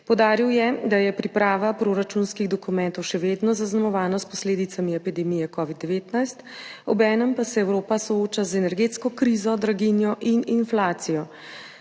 Poudaril je, da je priprava proračunskih dokumentov še vedno zaznamovana s posledicami epidemije covida-19, obenem pa se Evropa sooča z energetsko krizo, draginjo in inflacijo.